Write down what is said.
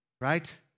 right